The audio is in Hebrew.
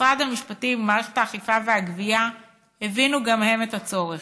גם משרד המשפטים ומערכת האכיפה והגבייה הבינו את הצורך.